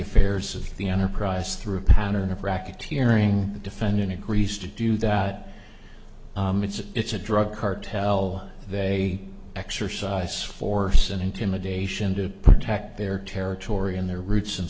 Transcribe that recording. affairs of the enterprise through a pattern of racketeering the defendant agrees to do that it's a drug cartel they exercise force and intimidation to protect their territory and their routes and